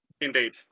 indeed